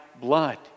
blood